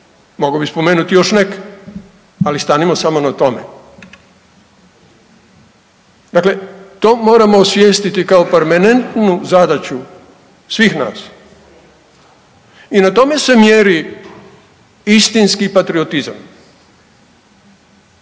Mogao bih spomenuti još neke, ali stanimo samo na tome. Dakle, to moramo osvijestiti kao permanentnu zadaću svih nas i na tome se mjeri istinski patriotizam,